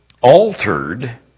altered